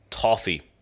Toffee